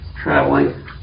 Traveling